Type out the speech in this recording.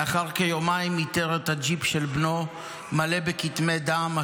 לאחר כיומיים איתר את הג'יפ של בנו מלא בכתמי דם,